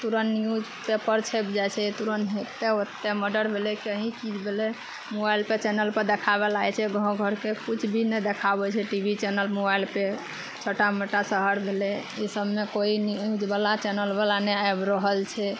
तुरन्त newspaper छपि जाइ छै तुरन्त एते ओत्ते मर्डर भेलै कहीँ चीज भेलै मोबाइल पे चैनल पर देखाबै लागै छै गाँव घरके किछु भी नहि देखाबै छै टी वी चैनल मोबाइल पे छोटा मोटा शहर भेलै ई सभमे कोइ न्यूज बला चैनल बला नहि आबि रहल छै